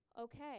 Okay